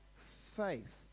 faith